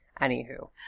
Anywho